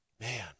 man